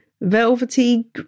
velvety